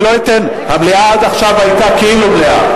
המליאה היתה עד עכשיו כאילו מלאה.